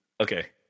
Okay